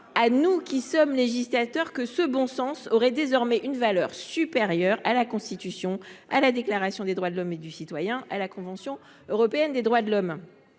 à nous, législateurs, que ce prétendu bon sens aurait désormais une valeur supérieure à la Constitution, à la Déclaration des droits de l’homme et du citoyen et à la convention européenne des droits de l’homme…